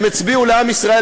הם הצביעו לעם ישראל,